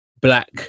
black